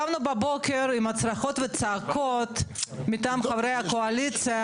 היום אנחנו קמנו בבוקר עם צרחות וצעקות מטעם חברי הקואליציה